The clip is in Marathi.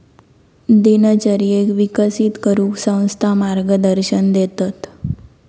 दिनचर्येक विकसित करूक संस्था मार्गदर्शन देतत